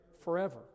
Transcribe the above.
forever